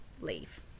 leave